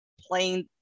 playing